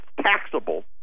taxable